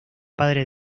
padre